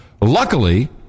luckily